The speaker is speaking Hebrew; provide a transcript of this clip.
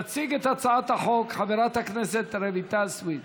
תציג את הצעת החוק חברת הכנסת רויטל סויד.